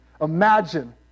Imagine